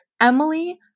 Emily